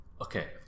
Okay